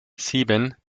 sieben